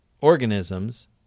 organisms